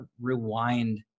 rewind